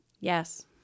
Yes